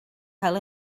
cael